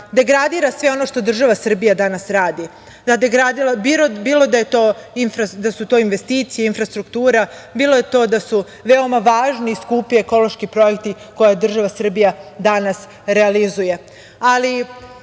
degradira sve ono što država Srbija danas radi, da degradira bilo da su to investicije, infrastruktura, bilo da su veoma važni i skupi ekološki projekti koje država Srbija danas realizuje. Građani